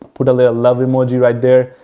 put a little love emoji right there,